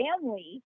family